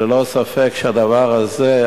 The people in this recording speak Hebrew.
ללא ספק הדבר הזה,